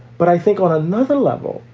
but i think on another level,